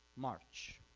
march,